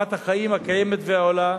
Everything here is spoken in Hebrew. רמת החיים הקיימת והעולה,